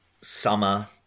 summer